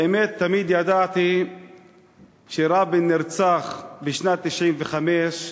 האמת, תמיד ידעתי שרבין נרצח בשנת 1995,